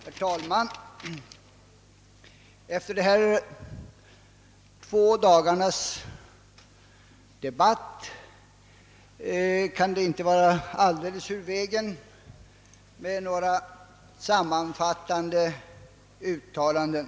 Herr talman! Efter dessa två dagars debatt kan det inte vara alldeles ur vägen med några sammanfattande uttalanden.